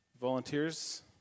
Volunteers